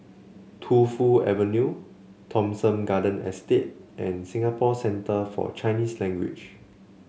Tu Fu Avenue Thomson Garden Estate and Singapore Centre For Chinese Language